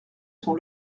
son